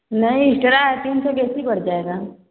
नहीं इस्ट्रा है तीन सौ कैसे बढ़ जाएगा